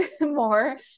more